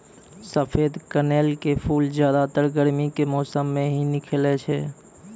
सफेद कनेल के फूल ज्यादातर गर्मी के मौसम मॅ ही खिलै छै